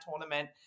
tournament